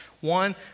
one